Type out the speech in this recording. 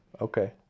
Okay